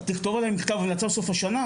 תכתוב עלי מכתב המלצה בסוף השנה?